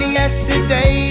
yesterday